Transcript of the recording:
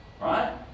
Right